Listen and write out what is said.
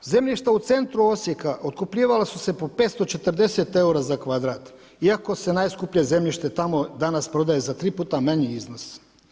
Zemljišta u centru Osijeka otkupljivala su se po 540 eura za kvadrat, iako se najskuplje zemljište tamo danas, prodaje za 3 puta manji iznos.